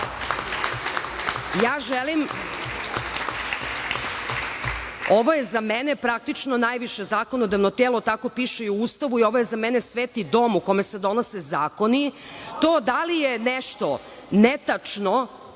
ovaj nivo. Ovo je za mene praktično najviše zakonodavno telo, tako piše i u Ustavu i ovo je za mene sveti dom u kome se donose zakoni. To da li je nešto netačno,